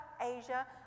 Asia